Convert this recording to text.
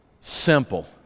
simple